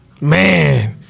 Man